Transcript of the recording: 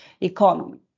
economy